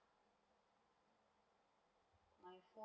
my god